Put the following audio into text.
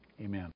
amen